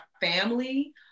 family